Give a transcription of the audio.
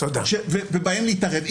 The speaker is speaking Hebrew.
ובהם להתערב.